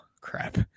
crap